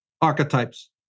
archetypes